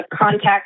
contact